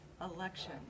election